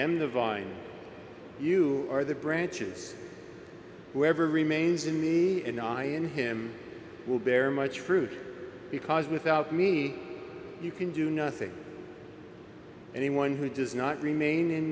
am the vine you are the branches whoever remains in the and i in him will bear much fruit because without me you can do nothing anyone who does not remain in